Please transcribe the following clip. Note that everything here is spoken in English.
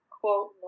quote